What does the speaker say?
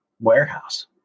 warehouse